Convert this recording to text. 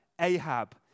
Ahab